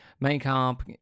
makeup